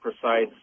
precise